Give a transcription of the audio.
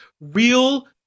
real